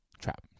Trap